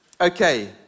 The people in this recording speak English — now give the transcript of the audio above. Okay